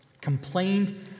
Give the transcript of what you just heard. complained